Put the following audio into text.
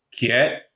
get